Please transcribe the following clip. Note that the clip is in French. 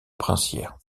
princière